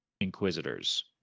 inquisitors